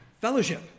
Fellowship